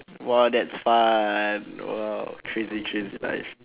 !wow! that's fun !wow! crazy crazy life